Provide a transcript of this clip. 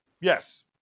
Yes